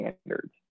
standards